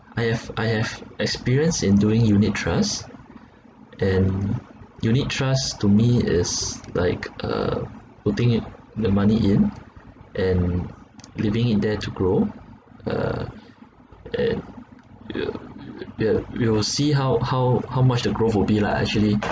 I have I have experience in doing unit trust and unit trust to me is like uh putting in the money in and leaving it there to grow uh and you yeah you will see how how how much the growth will be lah actually